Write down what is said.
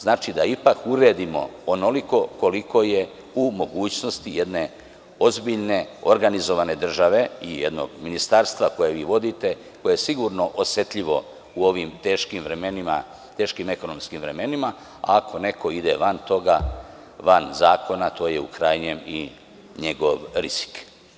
Znači, da ipak uredimo onoliko koliko je u mogućnosti jedne ozbiljne, organizovane države i jednog Ministarstva koje vi vodite to je sigurno osetljivo u ovim teškim vremenima, teškim ekonomskim vremenima ako neko ide van toga, van zakona to je u krajnjem i njegov rizik.